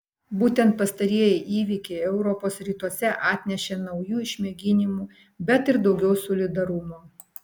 būtent pastarieji įvykiai europos rytuose atnešė naujų išmėginimų bet ir daugiau solidarumo